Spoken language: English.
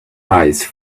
ice